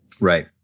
Right